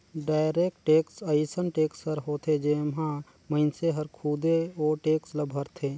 direct tax अइसन tax हर होथे जेम्हां मइनसे हर खुदे ओ टेक्स ल भरथे